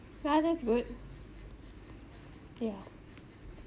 yeah that's good yeah